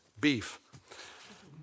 beef